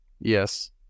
Yes